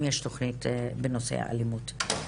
אם יש תוכנית בנושא האלימות.